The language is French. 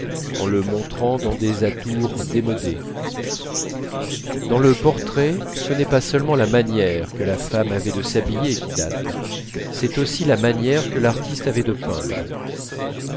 en le montrant dans des atours démodés dans le portrait ce n'est pas seulement la manière que la femme avait de s'habiller qui date c'est aussi la manière que l'artiste avait de peindre